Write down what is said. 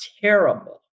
terrible